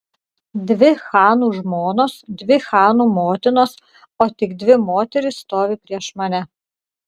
dvi chanų žmonos dvi chanų motinos o tik dvi moterys stovi prieš mane